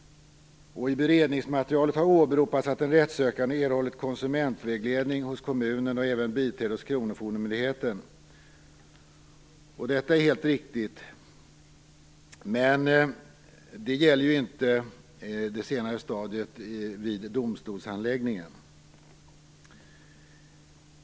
I beredningsmaterialet har åberopats att en rättssökande har erhållit konsumentvägledning hos kommunen och även biträde hos kronofogdemyndigheten. Detta är helt riktigt, men det gäller ju inte det senare stadiet vid domstolshandläggningen.